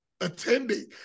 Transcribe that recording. attending